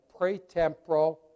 pretemporal